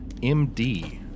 MD